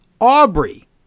Aubrey